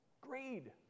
greed